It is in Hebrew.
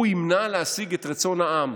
הוא ימנע להשיג את רצון העם.